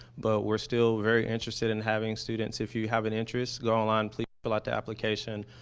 but we're still very interested in having students, if you have an interest, go online, please fill out the application.